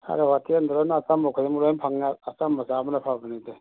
ꯍꯣꯇꯦꯜꯗꯨꯗꯅ ꯑꯆꯝꯕ ꯈꯨꯗꯤꯡꯃꯛ ꯂꯣꯏ ꯐꯪꯉꯦ ꯑꯆꯝꯕ ꯆꯥꯕꯅ ꯐꯕꯅꯤꯗꯦ